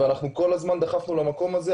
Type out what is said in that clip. אנחנו כל הזמן דחפנו למקום הזה,